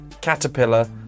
caterpillar